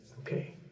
okay